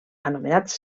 anomenats